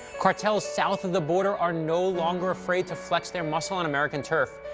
cartels south of the border are no longer afraid to flex their muscle on american turf.